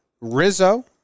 Rizzo